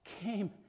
came